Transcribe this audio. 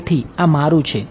તેથી આ મારૂ છે